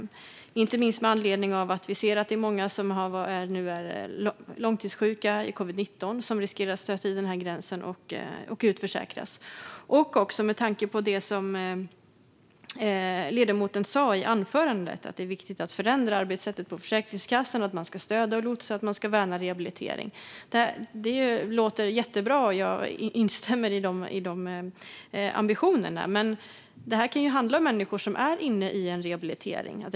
Det gäller inte minst med anledning av att vi ser att det är många som nu är långtidssjuka i covid-19 och som riskerar att stöta i den gränsen och utförsäkras. Det gäller också med tanke på det som ledamoten sa i anförandet om att det är viktigt att förändra arbetssättet på Försäkringskassan - att man ska stödja och lotsa och att man ska värna rehabilitering. Det låter jättebra, och jag instämmer i de ambitionerna. Men detta kan handla om människor som är inne i en rehabilitering.